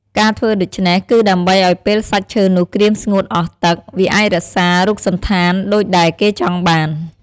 ការធ្វើដូច្នេះ គឺដើម្បីឲ្យពេលសាច់ឈើនោះក្រៀមស្ងួតអស់ទឹក វាអាចរក្សារូបសណ្ឋានដូចដែលគេចង់បាន ។